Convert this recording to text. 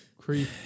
creep